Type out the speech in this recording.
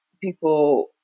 people